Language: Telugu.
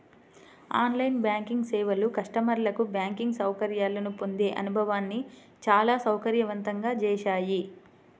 ఆన్ లైన్ బ్యాంకింగ్ సేవలు కస్టమర్లకు బ్యాంకింగ్ సౌకర్యాలను పొందే అనుభవాన్ని చాలా సౌకర్యవంతంగా చేశాయి